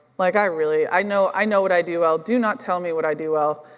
like, i really, i know i know what i do well, do not tell me what i do well,